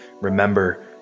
Remember